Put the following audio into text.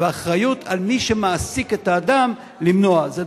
והאחריות למנוע היא על מי שמעסיק את האדם.